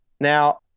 now